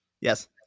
Yes